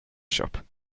shop